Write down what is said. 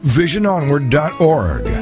visiononward.org